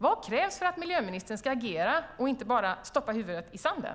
Vad krävs för att miljöministern ska agera och inte bara stoppa huvudet i sanden?